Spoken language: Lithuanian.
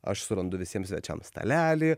aš surandu visiems svečiams stalelį